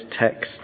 text